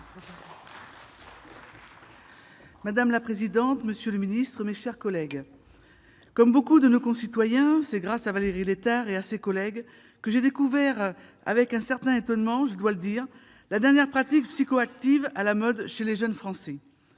Madame la présidente, monsieur le secrétaire d'État, mes chers collègues, comme beaucoup de nos concitoyens, c'est grâce à Valérie Létard et à ses collègues que j'ai découvert- avec un certain étonnement, je dois le dire -la dernière pratique psychoactive à la mode chez les jeunes Français